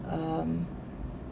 um